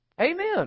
Amen